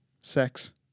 sex